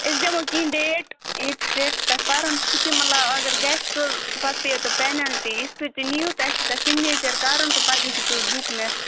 أسۍ دِمو کینٛہہ ڈیٹ یُس ڈیٹ تَتھ پرُن چھُ تمہِ علاوٕ اگر گَژھِ تہٕ پتہٕ پیٚیِوٕ تۄہہِ پینَلٹی یِژھ پھِرۍ تُہۍ نِیِو تۄہہ چھُو تَتھ سِگنیچَر کَرُن تہٕ پتہٕ ہیکِو تُہُی بُک نِتھ